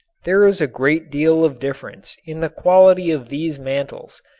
there is a great deal of difference in the quality of these mantles,